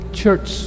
church